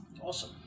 awesome